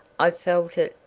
i felt it,